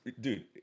dude